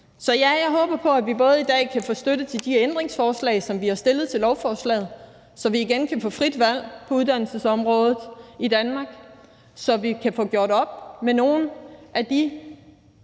Så ja, jeg håber på, at vi i dag kan få støtte til de ændringsforslag, som vi har stillet til lovforslaget, så vi igen kan få frit valg på uddannelsesområdet i Danmark, så vi kan få gjort op med nogle af de